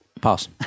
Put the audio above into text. Pass